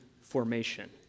formation